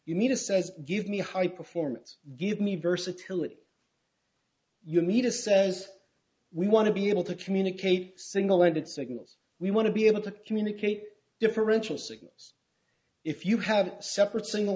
you need a says give me high performance give me versatility your meter says we want to be able to communicate singleminded signals we want to be able to communicate differential signals if you have separate single